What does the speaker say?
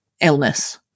illness